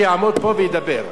שיעמוד פה וידבר.